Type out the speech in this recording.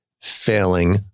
failing